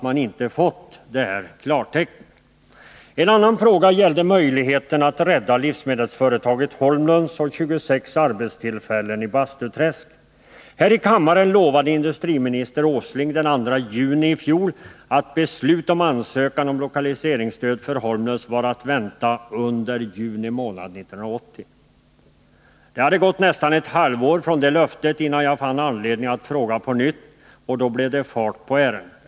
Min andra fråga gällde möjligheten att rädda livsmedelsföretaget Holmlunds och 26 arbetstillfällen i Bastuträsk. Här i kammaren lovade industriminister Åsling den 2 juni i fjol att beslut om ansökan om lokaliseringsstöd för Holmlunds var att vänta under juni månad 1980. Det hade gått nästan ett halvår efter det löftet innan jag fann anledning att fråga på nytt, och då blev det fart på ärendet.